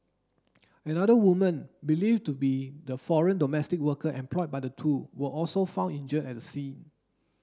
another woman believed to be the foreign domestic worker employed by the two was also found injured at the scene